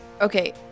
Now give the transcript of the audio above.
Okay